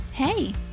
Hey